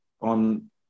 on